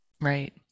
Right